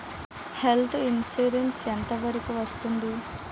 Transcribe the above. Health insurance ఎంత వరకు వస్తుంది?